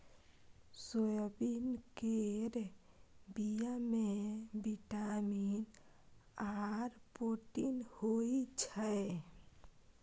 soybean केर बीया मे बिटामिन आर प्रोटीन होई छै